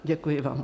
Děkuji vám.